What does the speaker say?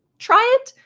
try it.